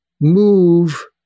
move